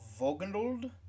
Vogendold